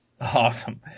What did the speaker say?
Awesome